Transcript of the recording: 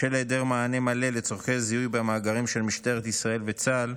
בשל היעדר מענה מלא לצורכי זיהוי במאגרים של משטרת ישראל וצה"ל,